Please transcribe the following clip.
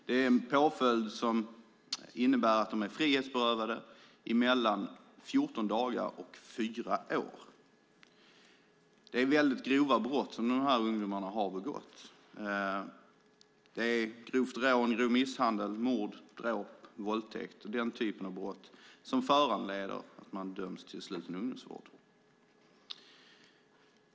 Det är en påföljd som innebär att de är frihetsberövade mellan 14 dagar och fyra år. Det är väldigt grova brott som de ungdomarna har begått. Det är grovt rån, grov misshandel, mord, dråp, våldtäkt och den typen av brott som föranleder att man döms till sluten ungdomsvård.